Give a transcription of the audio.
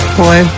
boy